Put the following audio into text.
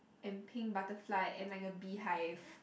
and pink butterfly and like a beehive